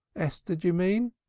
esther, d'ye mean?